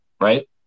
right